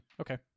Okay